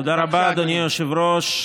תודה רבה, אדוני היושב-ראש.